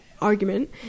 argument